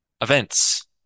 events